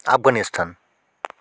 Afghanistan